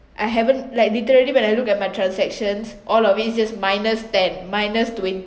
I haven't like literally when I look at my transactions all of it's just minus ten minus twenty